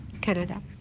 Canada